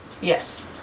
yes